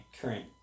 current